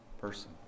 person